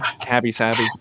Cabby-savvy